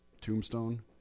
Tombstone